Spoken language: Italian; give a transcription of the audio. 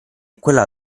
quella